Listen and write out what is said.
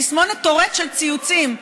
תסמונת טורט של ציוצים,